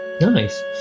Nice